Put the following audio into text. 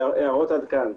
הערות עד כאן?